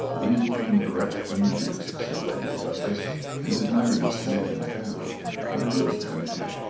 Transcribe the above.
we came direct from the duke's, said lady augustus and did not even sleep in town but it is empty.